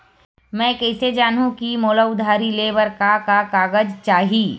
मैं कइसे जानहुँ कि मोला उधारी ले बर का का कागज चाही?